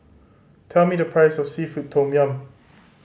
tell me the price of seafood tom yum